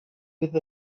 with